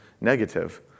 negative